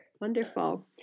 Wonderful